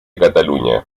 cataluña